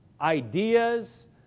ideas